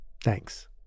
Thanks